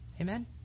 Amen